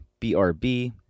BRB